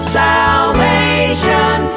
salvation